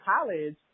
college